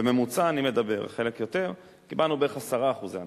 בממוצע אני מדבר, חלק יותר, קיבלנו בערך 10% הנחה.